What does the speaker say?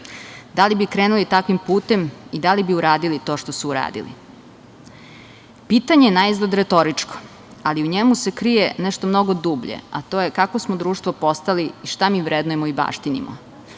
da li bi krenuli takvim putem i da li bi uradili to što su uradili? Pitanje je naizgled retoričko, ali u njemu se krije nešto mnogo dublje, a to je kakvo smo društvo postali i šta mi vrednujemo i baštinimo?